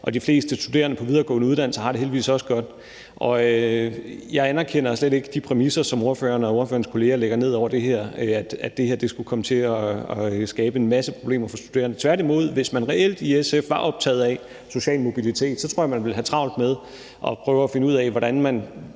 og de fleste studerende på videregående uddannelser har det heldigvis også godt. Jeg anerkender slet ikke de præmisser, som ordføreren og ordførerens kolleger lægger ned over det her, og at det her skulle komme til at skabe en masse problemer for studerende. Tværtimod, hvis man i SF reelt var optaget af social mobilitet, tror jeg man ville have travlt med at prøve at finde ud af, hvordan man